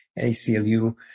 ACLU